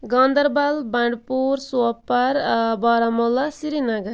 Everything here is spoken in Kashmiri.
گانٛدربَل بَنٛڈٕ پوٗر سوپَر بارامولا سِری نَگر